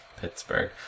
Pittsburgh